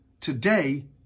Today